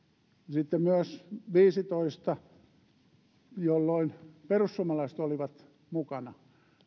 sitten myös kaksituhattaviisitoista jolloin perussuomalaiset olivat mukana